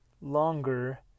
longer